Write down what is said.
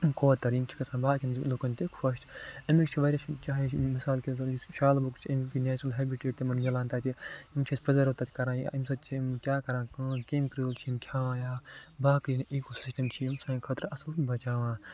کوتَر یِم چھِ گژھان باقِیَن لُکَن تہِ خۄش أمِکۍ چھِ واریاہ چاہے سُہ مِثال کے طور پر یُس شالہ بُک چھِ أمۍ کُے نٮ۪چرَل ہٮ۪بِٹیٹ تِمَن ملان تَتہِ یِم چھِ أسۍ پٕرزٲرُو تَتہِ کران أمۍ سۭتۍ چھِ تِم کیٛاہ کران کٲم کٮ۪م کریۭل چھِ یِم کھیٚوان تَتہِ باقٕے اِکوسِسٹَم چھِ یِم سانہِ خٲطرٕ اَصٕل بچاوان